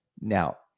now